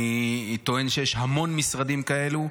אני טוען שיש המון משרדים כאלו.